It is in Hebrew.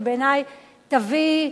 שבעיני תביא,